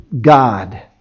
God